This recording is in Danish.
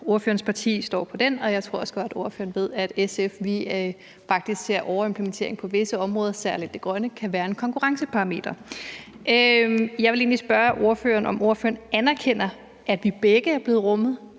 ordførerens parti står i det spørgsmål, og jeg tror også godt, at ordføreren ved, at vi i SF faktisk ser, at overimplementering på visse områder, særlig det grønne område, kan være en konkurrenceparameter. Jeg vil egentlig spørge ordføreren, om han anerkender, at vi begge er blevet rummet